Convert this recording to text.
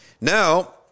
Now